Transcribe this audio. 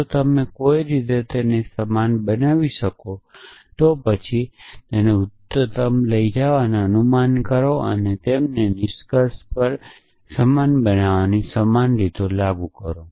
જો તમે કોઈક રીતે તેમને સમાન બનાવી શકો છો તો પછી અહી ઉપર જાઓ અને અનુમાન કરો અને તેમને નિષ્કર્ષ પર સમાન બનાવવાની સમાન રીતને લાગુ કરો